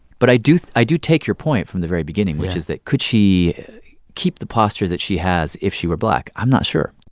but i do i do take your point from the very beginning, which is that could she keep the posture that she has if she were black? i'm not sure